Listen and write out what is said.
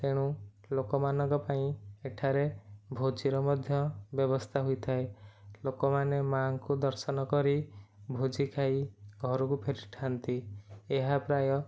ତେଣୁ ଲୋକମାନଙ୍କ ପାଇଁ ଏଠାରେ ଭୋଜିର ମଧ୍ୟ ବ୍ୟବସ୍ଥା ହୋଇଥାଏ ଲୋକମାନେ ମା'ଙ୍କୁ ଦର୍ଶନ କରି ଭୋଜି ଖାଇ ଘରକୁ ଫେରିଥାନ୍ତି ଏହା ପ୍ରାୟ